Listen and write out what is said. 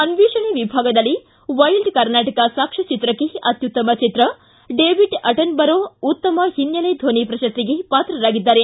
ಅನ್ವೇಷಣೆ ವಿಭಾಗದಲ್ಲಿ ವೈಲ್ಡ್ ಕರ್ನಾಟಕ ಸಾಕ್ಷಚಿತ್ರಕ್ಕೆ ಅತ್ಯುತ್ತಮ ಚಿತ್ರ ಹಾಗೂ ಡೇವಿಡ್ ಅಟನ್ಬರೋ ಉತ್ತಮ ಹಿನ್ನೆಲೆ ಧ್ವನಿ ಪ್ರಶಸ್ತಿಗೆ ಪಾತ್ರರಾಗಿದ್ದಾರೆ